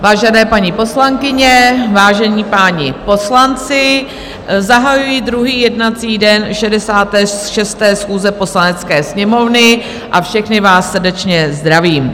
Vážené paní poslankyně, vážení páni poslanci, zahajuji druhý jednací den 66. schůze Poslanecké sněmovny a všechny vás srdečně zdravím.